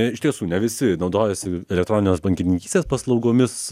iš tiesų ne visi naudojasi elektroninės bankininkystės paslaugomis